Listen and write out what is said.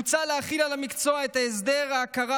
מוצע להחיל על המקצוע את הסדר ההכרה